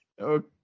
Okay